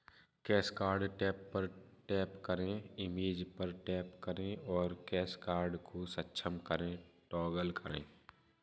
cash card tab पर tap करें, image पर टैप करें और कैश कार्ड को सक्षम करें टॉगल करें